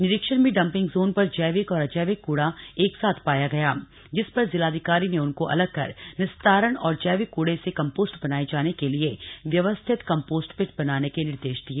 निरीक्षण में dumping zone पर जैविक और अजैविक कूड़ा एक साथ पाया गया जिस पर जिलाधिकारी ने उनको अलग कर निस्तारण और जैविक कूड़े से कम्पोस् बनाये जाने के लिए व्यवस्थित कम्पोस् पि बनाने के निर्देश दिए